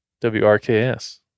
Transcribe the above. w-r-k-s